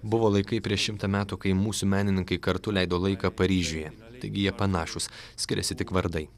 buvo laikai prieš šimtą metų kai mūsų menininkai kartu leido laiką paryžiuje taigi jie panašūs skiriasi tik vardai